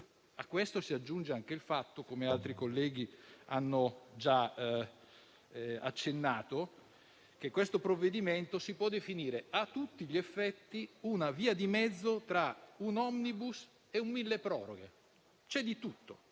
A ciò si aggiunge il fatto, a cui altri colleghi hanno già accennato, che questo provvedimento si può definire a tutti gli effetti una via di mezzo tra un *omnibus* e un mille proroghe. C'è davvero